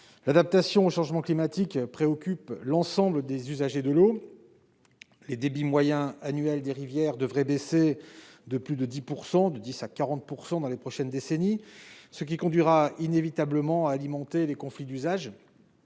L'adaptation au changement climatique préoccupe l'ensemble des usagers de l'eau. Le débit moyen annuel des rivières devrait baisser de 10 % à 40 % au cours des prochaines décennies, ce qui conduira inévitablement à des conflits d'usage.